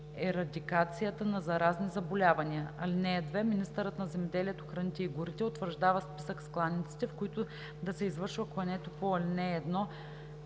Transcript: ерадикацията на заразни заболявания. (2) Министърът на земеделието, храните и горите утвърждава списък с кланиците, в които да се извършва клането по ал. 1